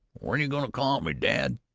what are you going to call me, dad